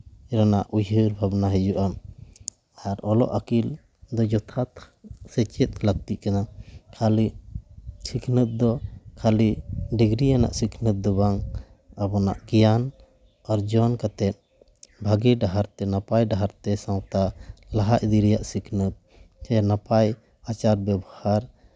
ᱨᱮᱱᱟᱜ ᱩᱭᱦᱟᱹᱨ ᱵᱷᱟᱵᱽᱱᱟ ᱦᱤᱡᱩᱜᱼᱟ ᱟᱨ ᱚᱞᱚᱜ ᱟᱹᱠᱤᱞ ᱫᱚ ᱡᱚᱛᱷᱟᱛ ᱥᱮᱪᱮᱫ ᱞᱟᱹᱠᱛᱤ ᱠᱟᱱᱟ ᱠᱷᱟᱹᱞᱤ ᱥᱤᱠᱷᱱᱟᱹᱛ ᱫᱚ ᱠᱷᱟᱹᱞᱤ ᱰᱤᱜᱽᱨᱤ ᱟᱱᱟᱜ ᱥᱤᱠᱷᱱᱟᱹᱛ ᱫᱚ ᱵᱟᱝ ᱟᱵᱚᱱᱟᱜ ᱜᱮᱭᱟᱱ ᱚᱨᱡᱚᱱ ᱠᱟᱛᱮᱜ ᱵᱷᱟᱜᱮ ᱰᱟᱦᱟᱨ ᱛᱮ ᱱᱟᱯᱟᱭ ᱰᱟᱦᱟᱨ ᱛᱮ ᱥᱟᱶᱛᱟ ᱞᱟᱦᱟ ᱤᱫᱤ ᱨᱮᱭᱟᱜ ᱥᱤᱠᱷᱱᱟᱹᱛ ᱡᱟᱦᱟᱸ ᱱᱟᱯᱟᱭ ᱟᱪᱟᱨ ᱵᱮᱵᱚᱦᱟᱨ